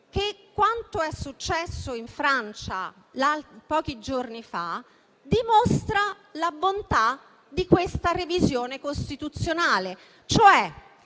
che quanto è successo in Francia pochi giorni fa dimostra la bontà di questa revisione costituzionale,